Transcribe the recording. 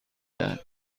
دهد